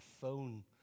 phone